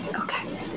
Okay